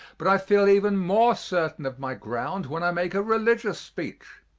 but i feel even more certain of my ground when i make a religious speech.